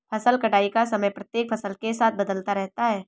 फसल कटाई का समय प्रत्येक फसल के साथ बदलता रहता है